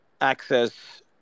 access